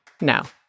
Now